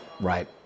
Right